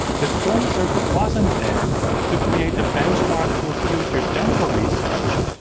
the concert wasn't there to create a benchmark for future tempo research,